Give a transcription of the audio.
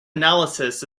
analysis